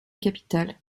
capital